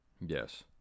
Yes